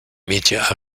media